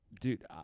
dude